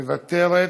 מוותרת.